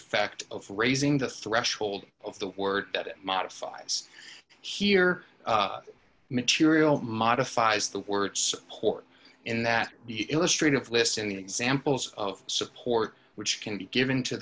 effect of raising the threshold of the word that it modifies here material modifies the word support in that illustrated listening examples of support which can be given to